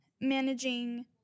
managing